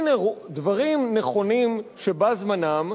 הנה דברים נכונים שבא זמנם,